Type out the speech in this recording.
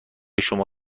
شما